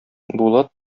булат